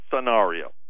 scenario